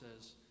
says